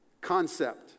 concept